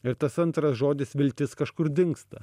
ir tas antras žodis viltis kažkur dingsta